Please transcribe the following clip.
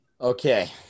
Okay